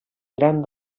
gran